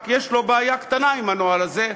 רק יש בעיה קטנה עם הנוהל הזה,